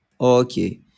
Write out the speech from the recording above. Okay